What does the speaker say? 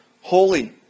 holy